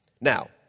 Now